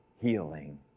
healing